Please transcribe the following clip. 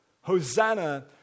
Hosanna